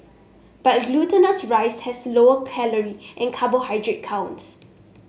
but glutinous rice has lower calorie and carbohydrate counts